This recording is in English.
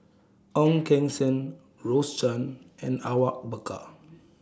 Ong Keng Sen Rose Chan and Awang Bakar